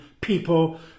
people